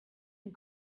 and